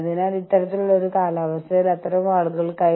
അതാണ് സംസ്കാരത്തിന്റെ ഏകീകൃതവൽക്കരണം കൊണ്ട് അർത്ഥമാക്കുന്നത്